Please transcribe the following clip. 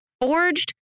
forged